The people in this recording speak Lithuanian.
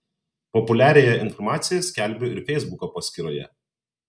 populiariąją informaciją skelbiu ir feisbuko paskyroje